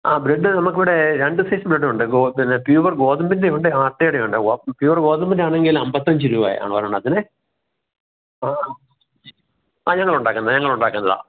ആ ബ്രഡ് നമുക്കിവിടെ രണ്ട് സൈസ് ബ്രഡുണ്ട് പിന്നെ പ്യുവർ ഗോതമ്പിൻ്റെ ഉണ്ട് അട്ടയുടെ ഉണ്ട് പ്യുവർ ഗോതമ്പിൻ്റെ ആണെങ്കിൽ അമ്പത്തഞ്ച് രൂപയാണ് ഒരെണ്ണത്തിന് അപ്പോൾ ആ ഞങ്ങൾ ഉണ്ടാക്കുന്നത് ഞങ്ങൾ ഉണ്ടാക്കുന്നതാണ്